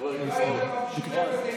חבר הכנסת מעוז.